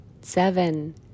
seven